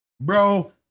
bro